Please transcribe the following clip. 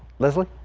leslie